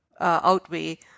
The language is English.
outweigh